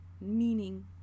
meaning